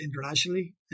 internationally